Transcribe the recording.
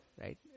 right